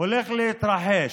הולך להתרחש,